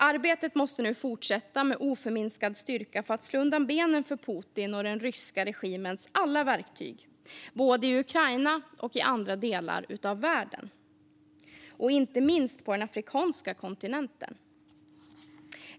Arbetet måste nu fortsätta med oförminskad styrka för att slå undan benen för Putin och den ryska regimens alla verktyg, både i Ukraina och i andra delar av världen - inte minst på den afrikanska kontinenten.